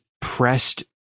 pressed